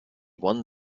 won